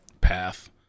path